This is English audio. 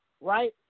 Right